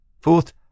Fourth